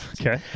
Okay